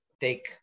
take